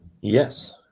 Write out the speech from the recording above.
Yes